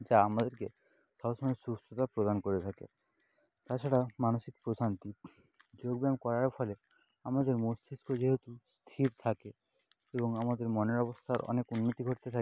যা আমাদেরকে সব সময় সুস্থতা প্রদান করে থাকে তাছাড়া মানসিক প্রশান্তি যোগব্যায়াম করার ফলে আমাদের মস্তিষ্ক যেহেতু স্থির থাকে এবং আমাদের মনের অবস্থার অনেক উন্নতি ঘটতে থাকে